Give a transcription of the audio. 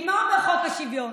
מה אומר חוק השוויון?